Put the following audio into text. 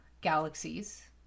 galaxies